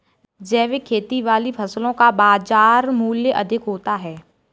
जैविक खेती वाली फसलों का बाजार मूल्य अधिक होता है